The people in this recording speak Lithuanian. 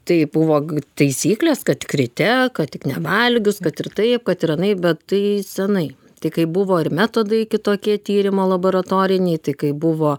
tai buvo taisyklės kad tik ryte kad tik nevalgius kad ir taip kad ir anaip bet tai senai tai kai buvo ir metodai kitokie tyrimo laboratoriniai tai kai buvo